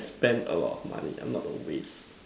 spend a lot of money I'm not the waste